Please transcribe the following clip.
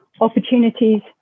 opportunities